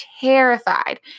terrified